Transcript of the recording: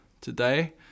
Today